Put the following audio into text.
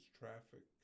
traffic